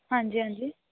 ਹਾਂਜੀ ਹਾਂਜੀ